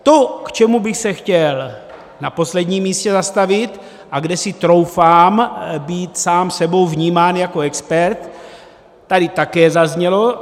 To, k čemu bych se chtěl na posledním místě zastavit a kde si troufám být sám sebou vnímán jako expert, tady také zaznělo.